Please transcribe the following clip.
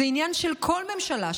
זה עניין של כל ממשלה,